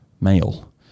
male